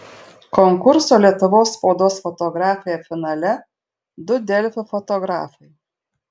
konkurso lietuvos spaudos fotografija finale du delfi fotografai